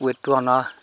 ৱেইটটো অনা